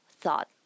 thought